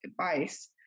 advice